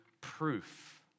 proof